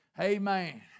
Amen